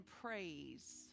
praise